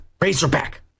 Razorback